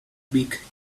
beak